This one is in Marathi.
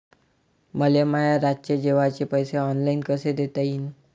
मले माया रातचे जेवाचे पैसे ऑनलाईन कसे देता येईन?